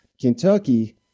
Kentucky